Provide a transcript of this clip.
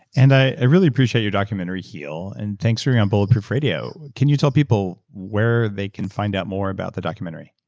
and i really appreciate your documentary heal, and thanks for being on bulletproof radio. can you tell people where they can find out more about the documentary?